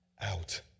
out